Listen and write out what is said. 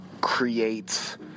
creates